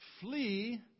flee